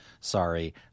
Sorry